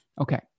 Okay